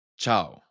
Ciao